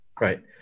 Right